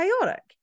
chaotic